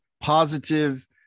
Positive